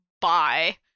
Bye